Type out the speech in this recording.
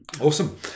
Awesome